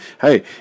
hey